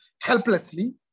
helplessly